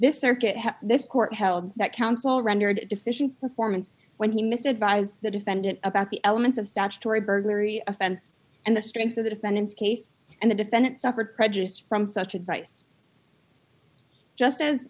this circuit has this court held that counsel rendered deficient performance when he missed advise the defendant about the elements of statutory burglary offense and the strength of the defendant's case and the defendant suffered prejudice from such advice just as